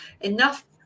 enough